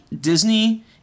Disney